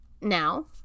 Now